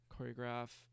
choreograph